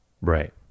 Right